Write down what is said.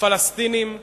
הפלסטינים הם